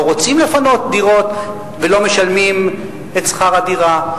רוצים לפנות דירות ולא משלמים את שכר הדירה,